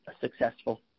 successful